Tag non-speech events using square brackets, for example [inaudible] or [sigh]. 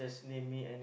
[breath]